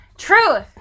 Truth